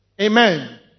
Amen